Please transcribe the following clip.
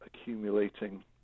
accumulating